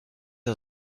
are